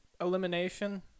elimination